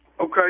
Okay